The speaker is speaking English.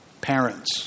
parents